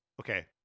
Okay